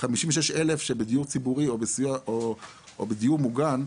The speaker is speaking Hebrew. כ-56,000 בדיור ציבורי או בדיור מוגן,